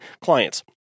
clients